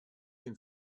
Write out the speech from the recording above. can